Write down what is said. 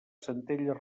centelles